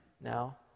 Now